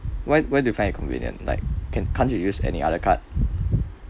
why why do you find it convenient like can can't you use any other card